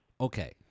okay